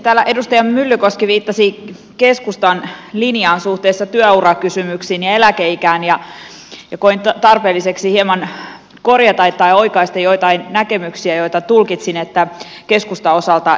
täällä edustaja myllykoski viittasi keskustan linjaan suhteessa työurakysymyksiin ja eläkeikään ja koin tarpeelliseksi hieman korjata tai oikaista joitain näkemyksiä joita tulkitsin että keskustan osalta esititte